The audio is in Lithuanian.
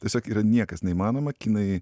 tiesiog yra niekas neįmanoma kinai